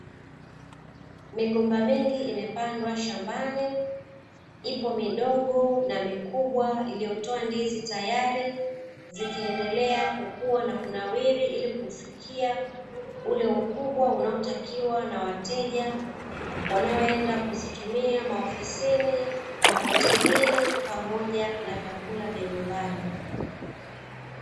Migomba mingi imepandwa shambani, ipo midogo na mikubwa iliyotoa ndizi tayari, zikiendelea kukua na kunawiri ili kuufikia ule ukubwa unaotakiwa, na wateja wanaoenda kuzitumia maofisini, mahotelini pamoja na vyakula vya nyumbani.